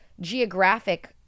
geographic